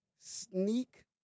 sneak